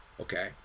okay